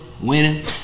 winning